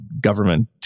government